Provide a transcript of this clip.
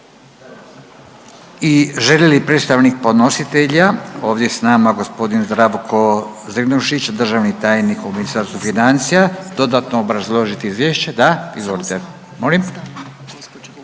i želi li predstavnik podnositelja ovdje s nama gospodin Zdravko Zrinušić, državni tajnik u Ministarstvu financija dodatno obrazložiti izvješće? Da, izvolite. Molim?